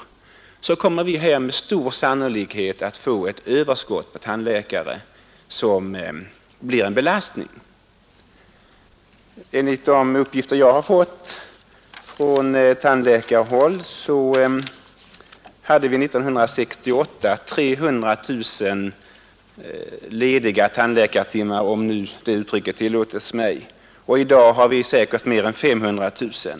så kommer vi här med stor sannolikhet att få ett överskott på tandläkare som blir en belastning. Enligt de uppgifter jag har fått från tandläkarhåll hade vi 1968 300 000 lediga tandläkartimmar, om nu det uttrycket tillåts, och i dag har vi säkerligen mer än 500 000.